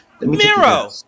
miro